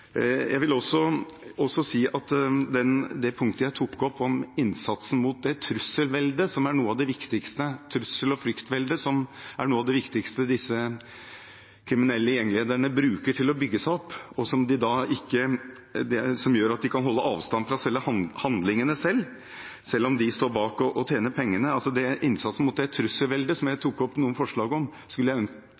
punktet jeg tok opp om innsatsen mot trussel- og fryktveldet, som er noe av det viktigste disse kriminelle gjenglederne bruker til å bygge seg opp, og som gjør at de kan holde avstand fra selve handlingene, selv om de står bak og tjener pengene, og som jeg tok opp noen forslag om, skulle jeg ønske